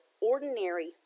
ordinary